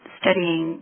studying